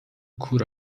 کور